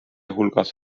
hulgas